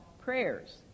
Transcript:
prayers